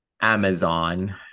Amazon